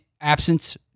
absence